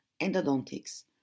endodontics